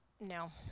no